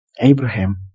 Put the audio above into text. Abraham